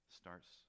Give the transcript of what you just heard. starts